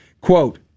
Quote